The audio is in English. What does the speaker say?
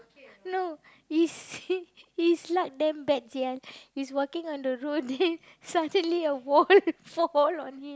no you see his luck damn bad sia he's walking on the road then suddenly a wall fall on him